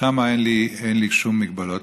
שם אין לי שום הגבלות,